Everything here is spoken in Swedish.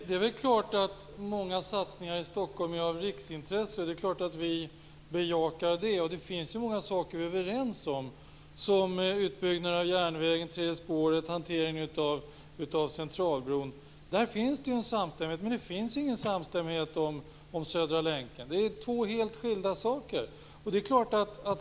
Herr talman! Många satsningar i Stockholm är av riksintresse, det är klart att vi i Centern bejakar det. Det finns många saker som vi och socialdemokraterna är överens om såsom utbyggnaden av tredje spåret och hanteringen av Centralbron. Där finns det en samstämmighet, men det finns det inte om Södra länken. Det är två helt skilda saker.